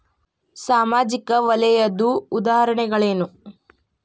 ಸಾಮಾಜಿಕ ವಲಯದ್ದು ಉದಾಹರಣೆಗಳೇನು?